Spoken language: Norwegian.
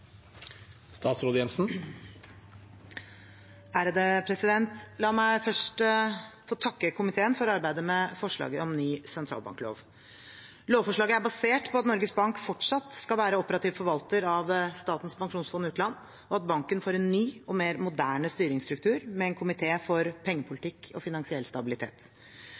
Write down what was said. basert på at Norges Bank fortsatt skal være operativ forvalter av Statens pensjonsfond utland, og at banken får en ny og mer moderne styringsstruktur med en komité for pengepolitikk og finansiell stabilitet.